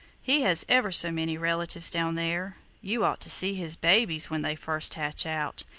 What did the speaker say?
he has ever so many relatives down there. you ought to see his babies when they first hatch out.